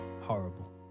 Horrible